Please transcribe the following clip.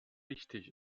wichtig